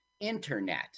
internet